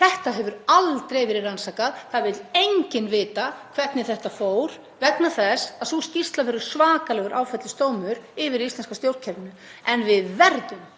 Þetta hefur aldrei verið rannsakað. Það vill enginn vita hvernig þetta fór vegna þess að sú skýrsla verður svakalegur áfellisdómur yfir íslenska stjórnkerfinu. En við verðum